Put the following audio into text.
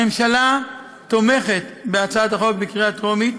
הממשלה תומכת בהצעת החוק בקריאה טרומית,